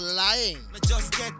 lying